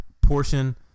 portion